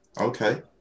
Okay